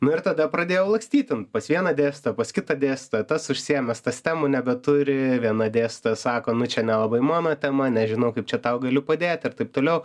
nu ir tada pradėjau lakstyt ten pas vieną dėstytoją pas kitą dėstytoją tas užsiėmęs tas temų nebeturi viena dėstytoja sako nu čia nelabai mano tema nežinau kaip čia tau galiu padėti ir taip toliau